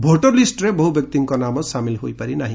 voter ଲିଷ୍ଟରେ ବହୁ ବ୍ୟକ୍ତିଙ୍କ ନାମ ସାମିଲ ହୋଇପାରି ନାହି